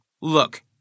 look